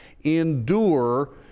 endure